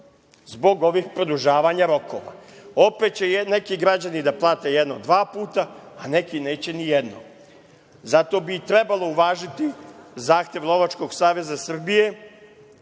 Zbog ovih produžavanja rokova. Opet će neki građani da plate jedno dva puta, a neki neće nijednom. Zato bi trebalo uvažiti zahtev Lovačkog saveza Srbije